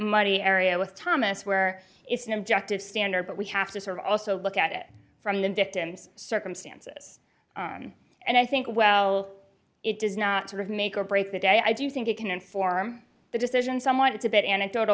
muddy area with thomas where it's an objective standard but we have to sort of also look at it from the victim's circumstances and i think well it does not to have make or break the day i do think it can inform the decision some wanted to bit anecdotal